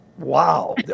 Wow